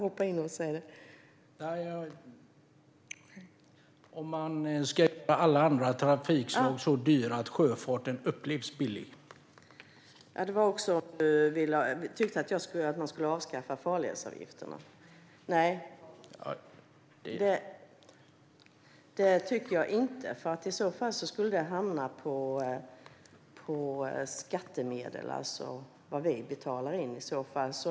: Ska man göra alla andra trafikslag så dyra att sjöfarten upplevs som billig?) Det handlade också om ifall jag tycker att man ska avskaffa farledsavgifterna. Nej, det tycker jag inte, för i så fall skulle det hamna på skattemedel och det vi betalar in.